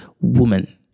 woman